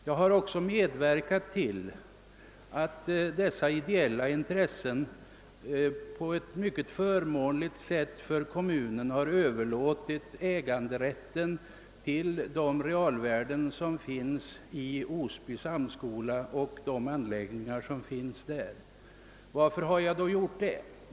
Jag har också medverkat till att dessa ideella intressen på ett för kommunen förmånligt sätt till kommunen har Överlåtit äganderätten till de realvärden som finns i Osby samskola och de anläggningar som finns där. Varför har jag då gjort det?